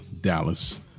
Dallas